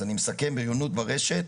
אני מסכם, בריונות ברשת